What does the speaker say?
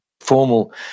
formal